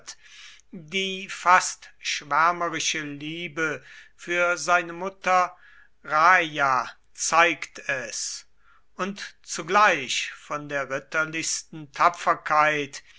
die fast schwärmerische liebe für seine mutter raia zeigt es und zugleich von der ritterlichsten tapferkeit